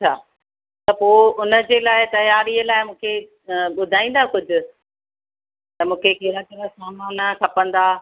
अच्छा त पोइ उन जे लाइ तयारीअ लाइ मूंखे ॿुधाईंदा कुझु त मूंखे कहिड़ा कहिड़ा सामान खपंदा